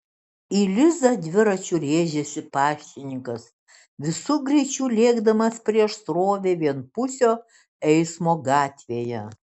į lizą dviračiu rėžėsi paštininkas visu greičiu lėkdamas prieš srovę vienpusio eismo gatvėje